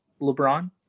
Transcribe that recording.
LeBron